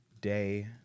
day